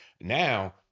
now